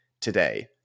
today